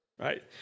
Right